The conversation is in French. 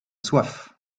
soif